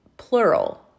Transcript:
plural